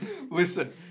Listen